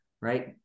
right